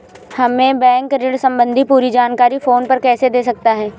हमें बैंक ऋण संबंधी पूरी जानकारी फोन पर कैसे दे सकता है?